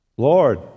Lord